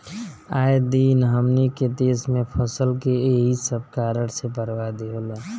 आए दिन हमनी के देस में फसल के एही सब कारण से बरबादी होला